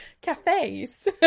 cafes